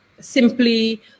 simply